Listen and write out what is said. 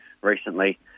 recently